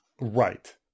Right